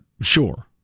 Sure